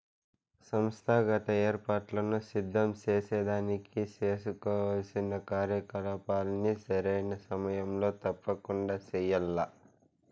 సంస్థాగత ఏర్పాట్లను సిద్ధం సేసేదానికి సేసుకోవాల్సిన కార్యకలాపాల్ని సరైన సమయంలో తప్పకండా చెయ్యాల్ల